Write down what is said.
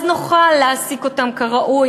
אז נוכל להעסיק אותם כראוי,